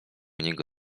niego